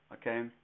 okay